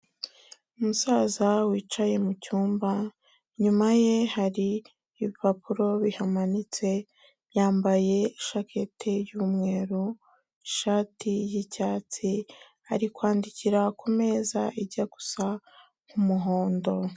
Umusaza wicaye mu cyumba inyuma ye hari ibipapuro bihamanitse, yambaye ishakete y'umweru ishati y'icyatsi ari kwandikira ku meza ijya gusa umuhondo.